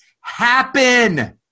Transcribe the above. happen